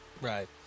Right